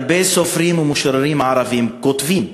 הרבה סופרים ומשוררים ערבים כותבים,